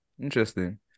Interesting